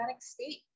state